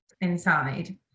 inside